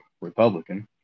Republican